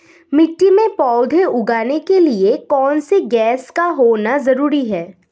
मिट्टी में पौधे उगाने के लिए कौन सी गैस का होना जरूरी है?